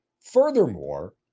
Furthermore